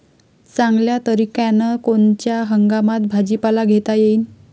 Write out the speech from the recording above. चांगल्या तरीक्यानं कोनच्या हंगामात भाजीपाला घेता येईन?